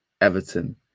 Everton